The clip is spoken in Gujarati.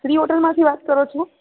શ્રી હોટલમાંથી વાત કરો છો